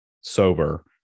sober